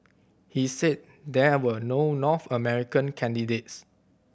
he said there were no North American candidates